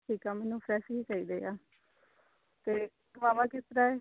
ਠੀਕ ਆ ਮੈਨੂੰ ਫਰੈੱਸ਼ ਹੀ ਚਾਹੀਦੇ ਆ ਅਤੇ ਗਵਾਵਾ ਕਿਸ ਤਰ੍ਹਾਂ ਹੈ